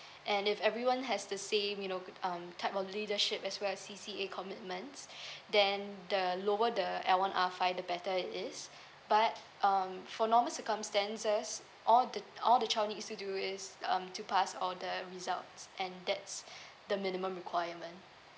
and if everyone has the same you know um type of leadership as well as C_C_A commitments then the lower the L one R five the better it is but um for normal circumstances all the all the child needs to do is um to pass all the results and that's the minimum requirement